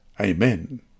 Amen